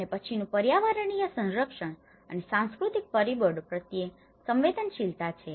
અને પછીનું પર્યાવરણીય સંરક્ષણ અને સાંસ્કૃતિક પરિબળો પ્રત્યે સંવેદનશીલતા છે